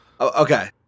Okay